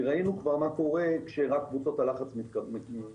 כי ראינו כבר מה קורה כשרק קבוצות הלחץ מתקבלות.